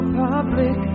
public